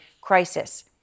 crisis